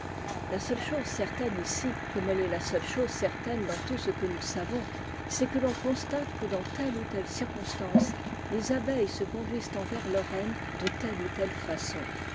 la seule chose certaine ici comme elle est la seule chose certaine dans tout ce que nous savons c'est que l'on constate que dans telle et telle circor tance les abeilles se conduisent envers le reine de telle ou telle façon